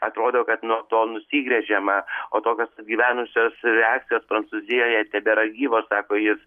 atrodo kad nuo to nusigręžiama o tokios atgyvenusios reakcijos prancūzijoje tebėra gyvos sako jis